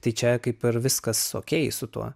tai čia kaip ir viskas okei su tuo